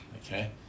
Okay